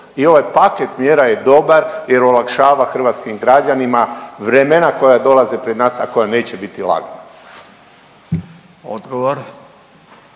I ovaj paket mjera je dobar jer olakšava hrvatskim građanima vremena koja dolaze pred nas a koja neće biti lagana. **Radin,